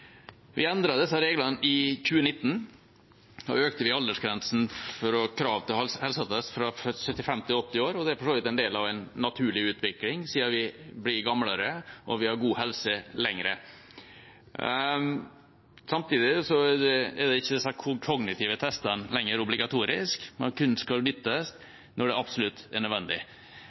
Vi endret disse reglene i 2019. Da hevet vi aldersgrensen for krav til helseattest fra 75 til 80 år, og det er for så vidt en del av en naturlig utvikling, siden vi blir eldre og har god helse lenger. Samtidig er ikke de kognitive testene lenger obligatoriske. De skal kun nyttes når det er absolutt nødvendig.